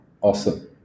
Awesome